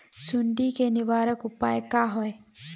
सुंडी के निवारक उपाय का होए?